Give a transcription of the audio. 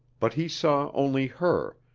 but he saw only her,